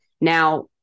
Now